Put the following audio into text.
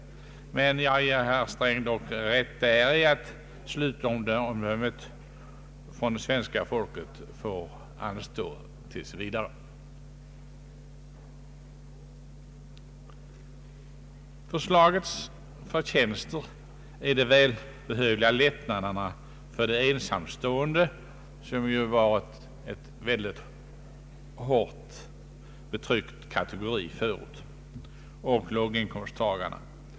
Jag ger dock herr Sträng rätt däri, att slutomdömet från det svenska folket bör få anstå tills vidare. Förslagets förtjänster är de välbehövliga lättnaderna för ensamstående, som ju varit en hårt betryckt kategori förut, och lättnaderna för låginkomsttagarna.